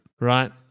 right